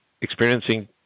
Experiencing